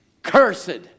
Cursed